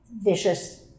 vicious